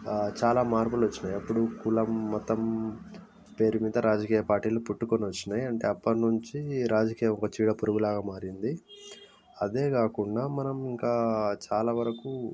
చాలా మార్పులు వచ్చినాయి అప్పుడు కులం మతం పేరు మీద రాజకీయ పార్టీలు పుట్టుకొని వచ్చినాయి అంటే అప్పటి నుంచి రాజకీయం ఒక చీడపురుగులాగా మారింది అదే కాకుండా మనం ఇంకా చాలా వరకు